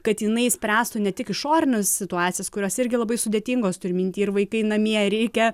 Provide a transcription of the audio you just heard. kad jinai spręstų ne tik išorines situacijas kurios irgi labai sudėtingos turiu minty ir vaikai namie reikia